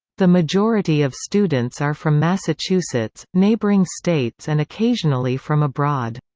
the majority of students are from massachusetts, neighboring states and occasionally from abroad.